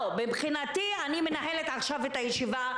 לא, מבחינתי אני מנהלת עכשיו את הישיבה.